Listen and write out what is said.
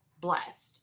blessed